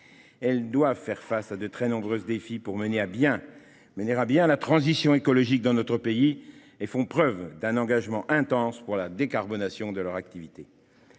elles doivent faire face à de très nombreux défis pour mener à bien la transition écologique et elles font preuve d'un engagement intense pour décarboner leur activité.